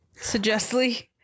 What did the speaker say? Suggestly